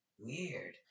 Weird